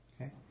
Okay